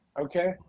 Okay